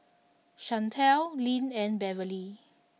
Shantell Lyn and Beverley